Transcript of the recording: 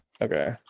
Okay